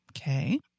Okay